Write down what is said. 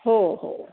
हो हो